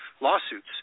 lawsuits